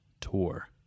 Tour